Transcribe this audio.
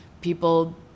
people